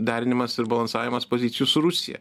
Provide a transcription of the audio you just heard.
derinimas ir balansavimas pozicijų su rusija